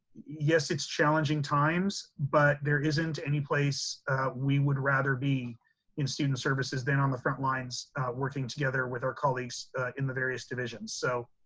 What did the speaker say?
yes, it's challenging times, but there isn't any place we would rather be in students services than on the front lines working together with our colleagues in the various divisions. so,